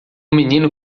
menino